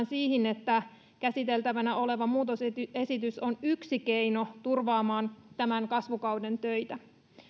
siihen että käsiteltävänä oleva muutosesitys on yksi keino turvaamaan tämän kasvukauden töitä